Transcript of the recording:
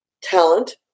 talent